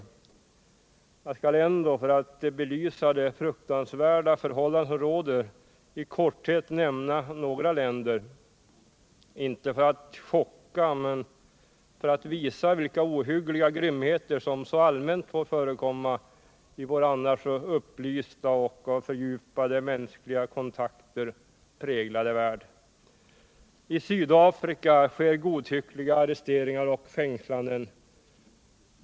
Jag skall ändå för att belysa de fruktansvärda förhållanden som råder i korthet nämna några länder; inte för att chocka men för att visa vilka ohyggliga grymheter som så allmänt får förekomma i vår annars så upplysta och av fördjupade mänskliga kontakter präglade värld. I Sydafrika sker godtyckliga arresteringar och fängslanden.